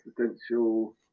existential